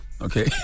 okay